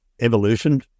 evolution